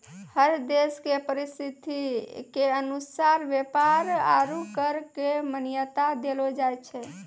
हर देश के परिस्थिति के अनुसार व्यापार आरू कर क मान्यता देलो जाय छै